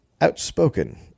outspoken